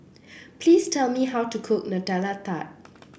please tell me how to cook Nutella Tart